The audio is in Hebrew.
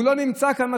והוא לא נמצא כאן,